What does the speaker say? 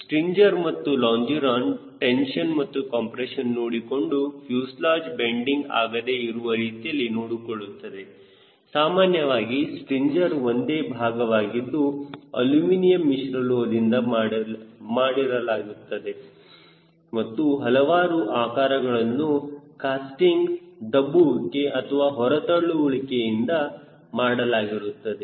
stringer ಮತ್ತು longeron tension ಮತ್ತು compression ನೋಡಿಕೊಂಡು ಫ್ಯೂಸೆಲಾಜ್ ಬೆಂಡಿಂಗ್ ಆಗದೇ ಇರುವ ರೀತಿಯಲ್ಲಿ ನೋಡಿಕೊಳ್ಳುತ್ತದೆ ಸಾಮಾನ್ಯವಾಗಿ ಸ್ಟ್ರಿಂಜರ್ ಒಂದೇ ಭಾಗವಾಗಿದ್ದು ಅಳುಮಿನಿಯಂ ಮಿಶ್ರಲೋಹದಿಂದ ಮಾಡಲಾಗಿರುತ್ತದೆ ಮತ್ತು ಹಲವಾರು ಆಕಾರಗಳನ್ನು ಕ್ಯಾಸ್ಟಿಂಗ್ ದಬ್ಬುವಿಕೆ ಅಥವಾ ಹೊರ ತಳ್ಳುವಿಕೆ ಇಂದ ಮಾಡಲಾಗಿರುತ್ತದೆ